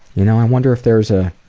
you know i wonder if there is ah